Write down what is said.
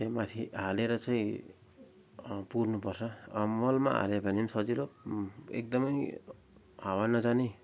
त्यहाँमाथि हालेर चाहिँ पुर्नु पर्छ मलमा हाल्यो भने पनि सजिलो एकदमै हावा नजाने